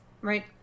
right